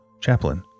chaplain